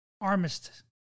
Armistice